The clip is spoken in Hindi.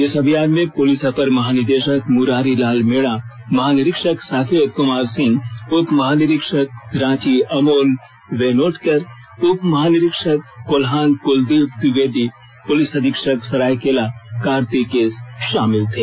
इस अभियान में पुलिस अपर महानिदेषक मुरारी लाल मीणा महानिरीक्षक साकेत कुमार सिंह उप महानिरीक्षक रांची अमोल वेनोटकर उप महानिरीक्षक कोल्हान क्लदीप द्विवेदी प्रलिस अधीक्षक सरायकेला कार्तिक एस शामिल थे